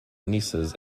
nieces